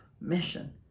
mission